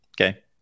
Okay